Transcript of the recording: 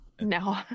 No